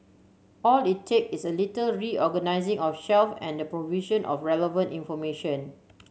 all it take is a little reorganising of shelve and the provision of relevant information